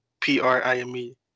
p-r-i-m-e